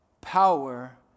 power